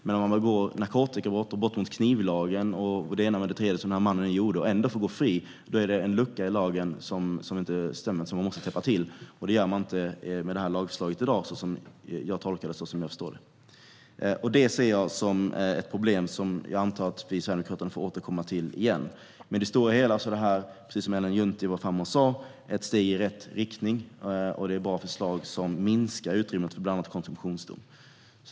Men att begå narkotikabrott och brott mot knivlagen - som den här mannen gjorde - och ändå få gå fri innebär att det finns en lucka i lagen som måste täppas till. Det sker inte med dagens lagförslag, så som jag tolkar det. Jag ser detta som ett problem, som jag antar att vi sverigedemokrater får återkomma till igen. I det stora hela är det här betänkandet, precis som Ellen Juntti sa, ett steg i rätt riktning. Det är bra förslag som minskar utrymmet för bland annat konsumtionsdom.